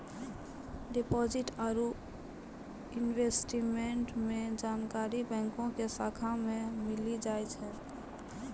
deposit आरू investment के जानकारी बैंको के शाखा मे मिली जाय छै